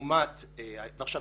לעומת --- ועכשיו,